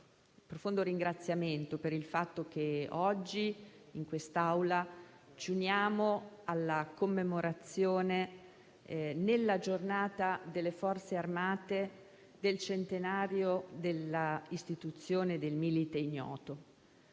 profondo ringraziamento per il fatto che oggi, in quest'Aula, ci uniamo alla commemorazione, nella giornata delle Forze armate, del centenario della istituzione del Milite Ignoto.